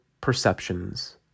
perceptions